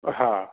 हा